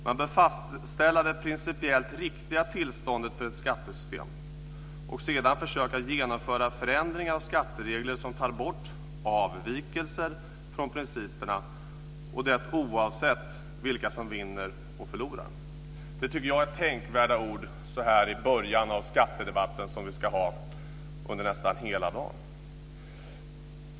Man bör fastställa det principiellt riktiga tillståndet för ett skattesystem och sedan försöka genomföra förändringar av skatteregler som tar bort avvikelser från principerna, och det oavsett vilka som vinner och förlorar. Det tycker jag är tänkvärda ord så här i början av skattedebatten som vi ska ha under nästan hela dagen.